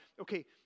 okay